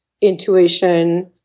intuition